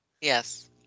Yes